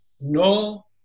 no